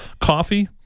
coffee